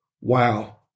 Wow